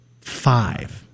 five